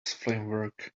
framework